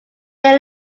they